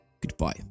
Goodbye